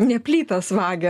ne plytas vagia